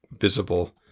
visible